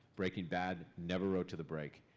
breaking bad never wrote to the break.